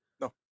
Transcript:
No